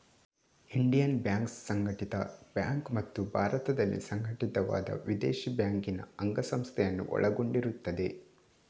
Indian banks ಸಂಘಟಿತ bank ಮತ್ತು ಭಾರತದಲ್ಲಿ ಸಂಘಟಿತವಾದ ವಿದೇಶಿ ಬ್ಯಾಂಕಿನ ಅಂಗಸಂಸ್ಥೆಯನ್ನು ಒಳಗೊಂಡಿರುತ್ತದೆ